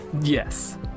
Yes